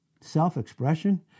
Self-expression